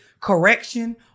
correction